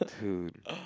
dude